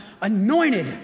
Anointed